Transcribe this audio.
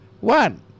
one